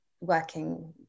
working